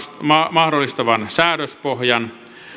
mahdollistavan säädöspohjan